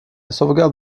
sauvegarde